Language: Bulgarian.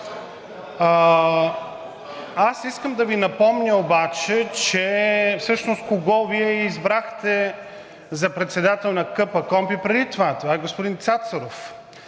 Аз искам да Ви напомня обаче, че всъщност кого Вие избрахте за председател на КПКОНПИ преди това, това е господин Цацаров.